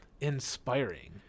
inspiring